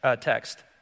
text